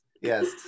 Yes